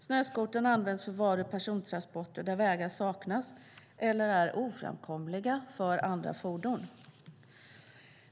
Snöskotern används för varu och persontransporter där vägar saknas eller är oframkomliga för andra fordon.